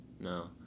No